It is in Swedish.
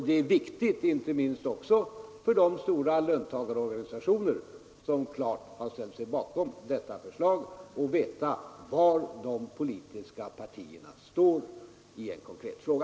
Det är viktigt, inte minst för de stora löntagarorganisationer som klart ställt sig bakom detta förslag, att veta var de politiska partierna står i en konkret fråga.